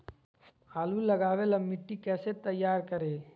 आलु लगावे ला मिट्टी कैसे तैयार करी?